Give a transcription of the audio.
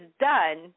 done